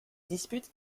dispute